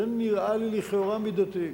זה נראה לי לכאורה מידתי.